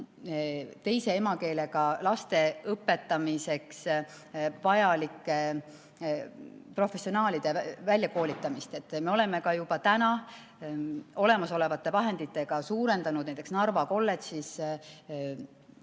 teise emakeelega laste õpetamiseks vajalike professionaalide väljakoolitamist. Me oleme aga juba täna olemasolevate vahenditega suurendanud näiteks Narva kolledžis